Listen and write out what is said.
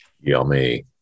Yummy